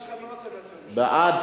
(אגרות),